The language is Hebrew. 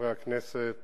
חברי הכנסת,